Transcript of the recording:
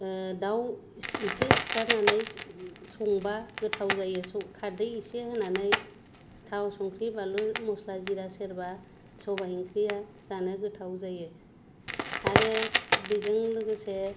दाउ इसे सिथारनानै संबा गोथाव जायो खारदै इसे होनानै थाव संख्रि बानलु मस्ला जिरा सेरबा सबाइ ओंख्रिआ जानो गोथाव जायो आरो बेजों लोगोसे